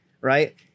right